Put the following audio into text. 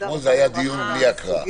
אתמול היה דיון בלי הקראה,